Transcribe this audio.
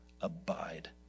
abide